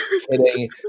kidding